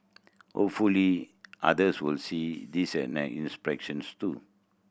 hopefully others will see this an inspections too